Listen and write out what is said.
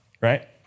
right